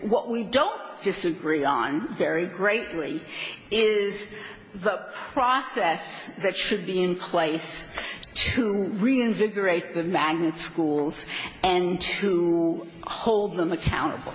what we don't disagree on very greatly is the process that should be in place to reinvigorate the magnet schools and to hold them accountable